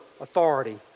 authority